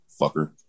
Fucker